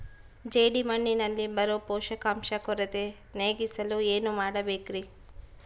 ಜೇಡಿಮಣ್ಣಿನಲ್ಲಿ ಬರೋ ಪೋಷಕಾಂಶ ಕೊರತೆ ನೇಗಿಸಲು ಏನು ಮಾಡಬೇಕರಿ?